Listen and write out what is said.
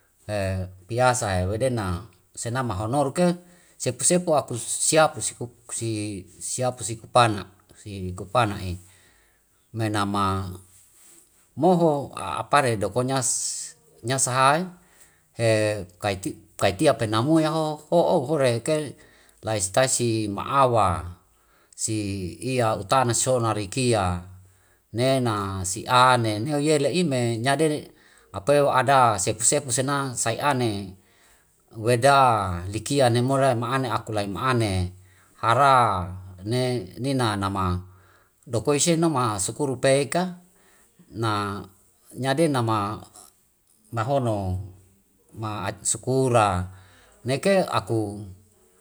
piayasa wedena senama honoru ke sepu sepu aku siapusi kupana si kupana'i. Menama moho apare doko nya sahae kaitia pena mui yaho ho'o hore ke lai si tai si ma awa si iya utana sona rikia nena si ane neu yele ime nya dele apeu ada sepu sepu sena sai ane weda likia ne more ma ane aku lai ma ane hara ne nina nama dokoi senama sukuru pei ka na nyade nama mahono ma sukura. Neke aku